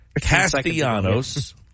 Castellanos